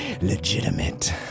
Legitimate